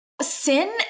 Sin